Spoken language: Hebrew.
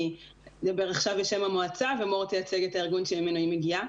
אני אדבר בשם המועצה ומור תייצג את הארגון שממנו היא מגיעה.